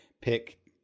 pick